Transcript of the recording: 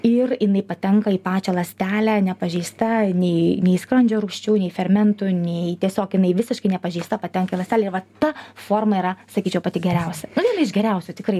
ir jinai patenka į pačią ląstelę nepažeista nei nei skrandžio rūgščių nei fermentų nei tiesiog jinai visiškai nepažeista patenka į ląstelę ir va ta forma yra sakyčiau pati geriausia nu viena iš geriausių tikrai